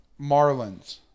Marlins